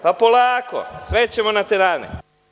Polako, sve ćemo na tenane.